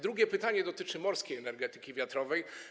Drugie pytanie dotyczy morskiej energetyki wiatrowej.